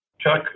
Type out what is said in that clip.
Chuck